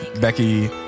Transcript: Becky